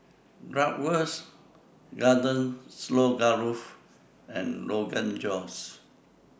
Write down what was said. Bratwurst Garden Stroganoff and Rogan Josh